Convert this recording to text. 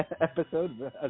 episode